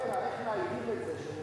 CIF-Lavera, איך מאייתים את זה?